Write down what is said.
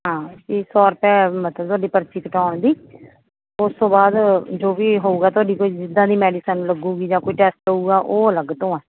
ਹਾਂ ਫੀਸ ਸੌ ਰੁਪਏ ਹੈ ਮਤਲਬ ਤੁਹਾਡੀ ਪਰਚੀ ਕਟਵਾਉਣ ਦੀ ਉਸ ਤੋਂ ਬਾਅਦ ਜੋ ਵੀ ਹੋਊਗਾ ਤੁਹਾਡੀ ਕੋਈ ਜਿੱਦਾਂ ਦੀ ਮੈਡੀਸਨ ਲੱਗੇਗੀ ਜਾਂ ਕੋਈ ਟੈਸਟ ਹੋਊਗਾ ਉਹ ਅਲੱਗ ਤੋਂ ਹੈ